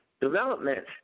development